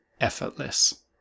effortless